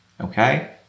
Okay